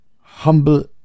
humble